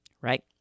right